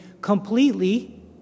completely